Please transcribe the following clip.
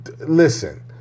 Listen